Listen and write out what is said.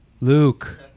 Luke